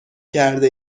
کرده